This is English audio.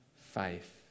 faith